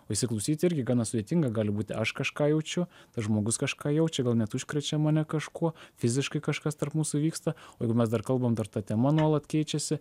o įsiklausyti irgi gana sudėtinga gali būti aš kažką jaučiu tas žmogus kažką jaučia gal net užkrečia mane kažkuo fiziškai kažkas tarp mūsų vyksta o jeigu mes dar kalbam dar ta tema nuolat keičiasi